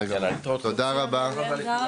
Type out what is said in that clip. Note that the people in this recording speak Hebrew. שלום לכולם, תודה רבה שחזרתם אלינו.